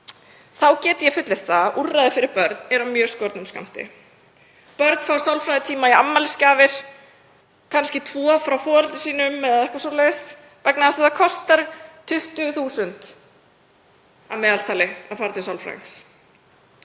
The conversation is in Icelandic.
get ég fullyrt það að úrræði fyrir börn eru af mjög skornum skammti. Börn fá sálfræðitíma í afmælisgjafir, kannski tvo frá foreldrum sínum eða eitthvað svoleiðis, vegna þess að það kostar 20.000 að meðaltali að fara til sálfræðings.